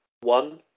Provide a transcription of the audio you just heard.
one